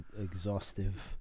exhaustive